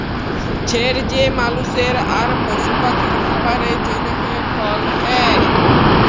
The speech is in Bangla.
ছের যে মালুসের আর পশু পাখির খাবারের জ্যনহে ফল হ্যয়